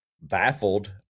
baffled